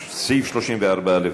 לפי סעיף 34(א),